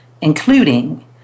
including